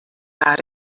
about